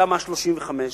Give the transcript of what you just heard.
תמ"א 35,